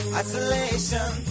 isolation